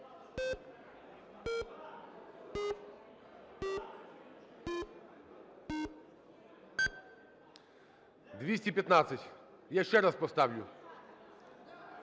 За-215 Я ще раз поставлю.